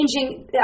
changing